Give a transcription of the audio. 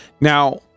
Now